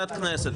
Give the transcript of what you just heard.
ועדת כנסת,